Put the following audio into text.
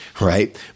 right